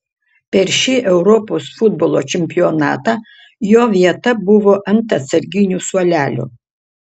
per šį europos futbolo čempionatą jo vieta buvo ant atsarginių suolelio